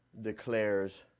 declares